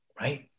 right